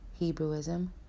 Hebrewism